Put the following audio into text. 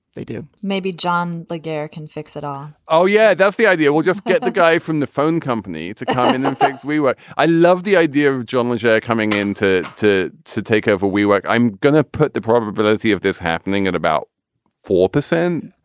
they do maybe john like eric can fix it all oh yeah. that's the idea. we'll just get the guy from the phone company to come in um and we were. i love the idea of john major coming into to to take over we work. i'm going to put the probability of this happening at about four percent.